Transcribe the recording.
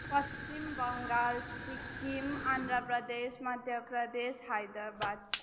Paschim Bangal Sikkim Andhra Pradesh Madhya Pradesh Hyderabad